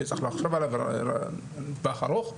שצריך לחשוב עליו לטווח ארוך,